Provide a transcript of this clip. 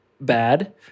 bad